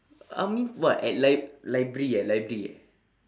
I mean what at lib~ library eh library eh